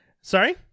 Sorry